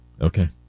Okay